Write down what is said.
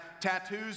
tattoos